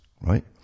right